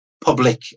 public